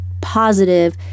positive